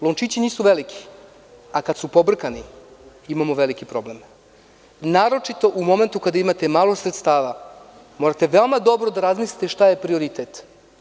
Lončići nisu veliki, a kada su pobrkani imamo veliki problem, naročito u momentu kada imate malo sredstava morate veoma dobro da razmislite šta je prioritet.